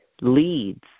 leads